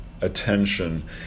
attention